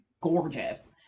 gorgeous